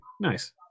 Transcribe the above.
Nice